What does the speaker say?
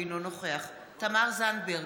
אינו נוכח תמר זנדברג,